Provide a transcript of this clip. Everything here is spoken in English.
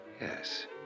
Yes